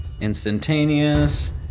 instantaneous